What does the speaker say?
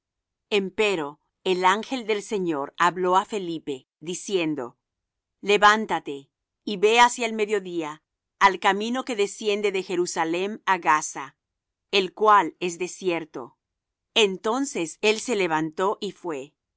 evangelio empero el ángel de señor habló á felipe diciendo levántate y ve hacia el mediodía al camino que desciende de jerusalem á gaza el cual es desierto entonces él se levantó y fué